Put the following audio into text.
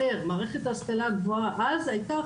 בבקשה.